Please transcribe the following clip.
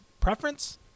preference